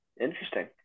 interesting